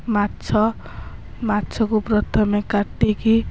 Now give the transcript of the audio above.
ମାଛ ମାଛକୁ ପ୍ରଥମେ କାଟିକି